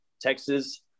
Texas